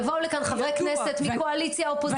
יבואו לכאן חברי כנסת מקואליציה, אופוזיציה.